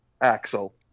Axel